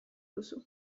duzu